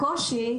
הקושי,